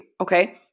okay